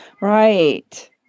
Right